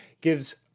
gives